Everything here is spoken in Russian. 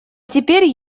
теперь